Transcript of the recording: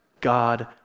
God